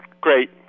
great